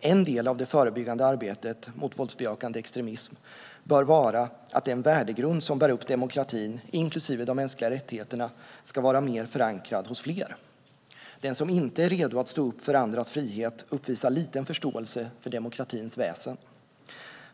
En del av det förebyggande arbetet mot våldsbejakande extremism bör vara att den värdegrund som bär upp demokratin, inklusive de mänskliga rättigheterna, ska vara mer förankrad hos fler. Den som inte är redo att stå upp för andras frihet uppvisar liten förståelse för demokratins väsen.